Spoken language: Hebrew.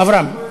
אברהם.